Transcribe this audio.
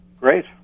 Great